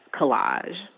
collage